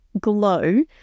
glow